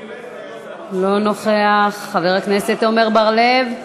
אינו נוכח, חבר הכנסת עמר בר-לב,